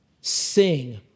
sing